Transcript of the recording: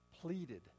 pleaded